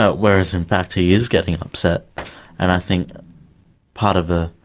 ah whereas in fact he is getting upset and i think part of the,